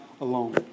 alone